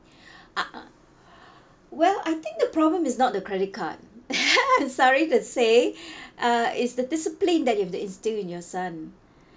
well I think the problem is not the credit card sorry to say uh is the discipline that you've to instill in your son